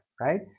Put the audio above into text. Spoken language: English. right